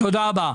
תודה רבה.